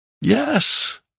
Yes